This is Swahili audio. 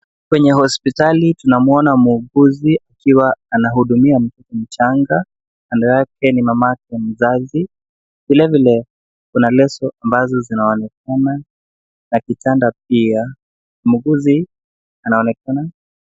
Kwenye hospitali tunamwona muuguzi akiwa anahudumia mtoto mchanga, kando yake ni mamake mzazi. Vile vile, kuna leso ambazo zinaonekana na kitanda pia. Muuguzi anaonekana.